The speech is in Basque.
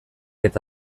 eta